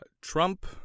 Trump